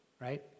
right